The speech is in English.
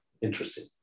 Interesting